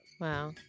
Wow